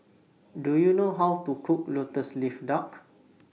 Do YOU know How to Cook Lotus Leaf Duck